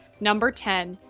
number ten,